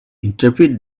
interpret